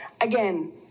Again